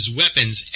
weapons